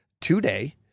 today